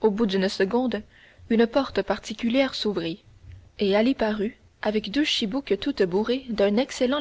au bout d'une seconde une porte particulière s'ouvrit et ali parut avec deux chibouques toutes bourrées d'excellent